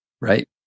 Right